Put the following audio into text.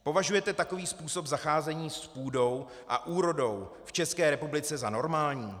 Považujete takový způsob zacházení s půdou a úrodou v České republice za normální?